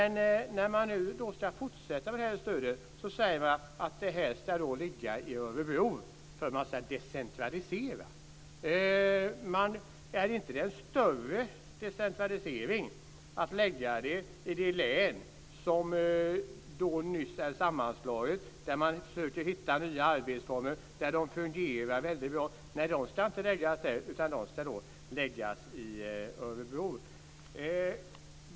När stödet nu ska fortsätta säger man att förvaltningsmyndigheten ska ligga i Örebro, för man ska decentralisera. Är det inte en större decentralisering att lägga den i det län som nyss har sammanslagits, där man försöker hitta nya arbetsformer och där det fungerar väldigt bra? Nej, den ska inte läggas där utan ska läggas i Örebro.